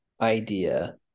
idea